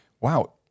Wow